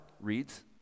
reads